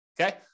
Okay